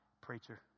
preacher